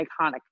iconic